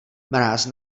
mráz